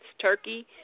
Turkey